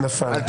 נפל.